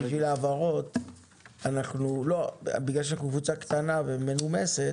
בגלל שאנחנו קבוצה קטנה ומנומסת,